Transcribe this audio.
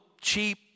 cheap